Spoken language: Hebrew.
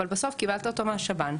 אבל בסוף קיבלת אותו מהשב"ן,